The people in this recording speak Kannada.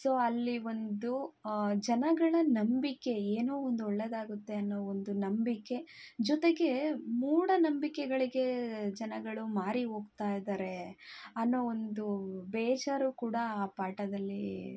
ಸೊ ಅಲ್ಲಿ ಒಂದು ಜನಗಳ ನಂಬಿಕೆ ಏನೋ ಒಂದು ಒಳ್ಳೆಯದಾಗುತ್ತೆ ಅನ್ನೋ ಒಂದು ನಂಬಿಕೆ ಜೊತೆಗೆ ಮೂಢನಂಬಿಕೆಗಳಿಗೇ ಜನಗಳು ಮಾರಿ ಹೋಗ್ತಾ ಇದ್ದಾರೆ ಅನ್ನೋ ಒಂದು ಬೇಜಾರು ಕೂಡ ಆ ಪಾಠದಲ್ಲೀ